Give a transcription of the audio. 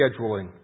scheduling